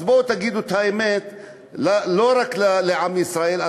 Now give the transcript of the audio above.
אז בואו תגידו את האמת לא רק לעם ישראל,